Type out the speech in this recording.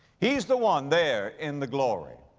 he's the one there in the glory.